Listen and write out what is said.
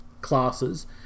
classes